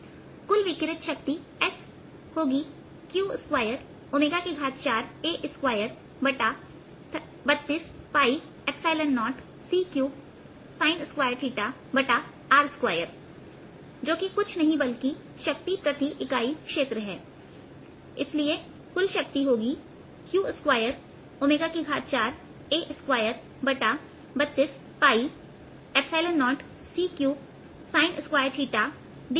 कुल विकिरित शक्ति होगीयह s q24A2320 c3sin2r2है जो कि कुछ नहीं बल्कि शक्ति प्रति इकाई क्षेत्र है इसलिए कुल शक्ति होगीq24A2320 c3sin2r2ddr2